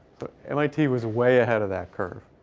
but mit was way ahead of that curve.